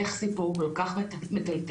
איך סיפור כל-כל מטלטל,